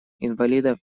инвалидов